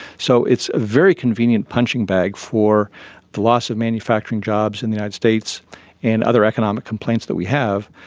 so it's a very convenient punching bag for the loss of manufacturing jobs in the united states and other economic complaints that we have.